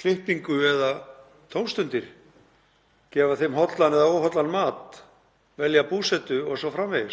klippingu eða tómstundir, gefa þeim hollan eða óhollan mat, velja búsetu o.s.frv.